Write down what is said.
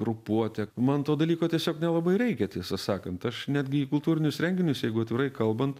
grupuotė man to dalyko tiesiog nelabai reikia tiesą sakant aš netgi į kultūrinius renginius jeigu atvirai kalbant